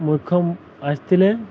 ଆସିଥିଲେ